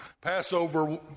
Passover